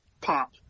pop